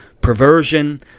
perversion